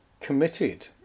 committed